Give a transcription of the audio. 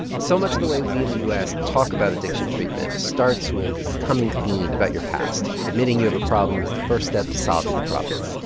so much of the way we in the u s. talk about addiction treatment starts with coming clean about your past. admitting you have a problem is the first step to solving the problem.